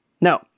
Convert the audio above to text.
No